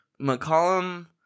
McCollum